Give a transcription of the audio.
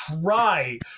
try